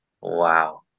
wow